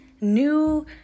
new